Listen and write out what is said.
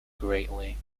greatly